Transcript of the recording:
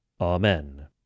Amen